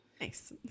Nice